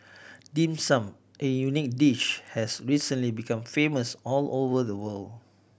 Dim Sum a unique dish has recently become famous all over the world